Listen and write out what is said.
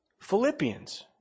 Philippians